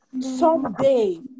someday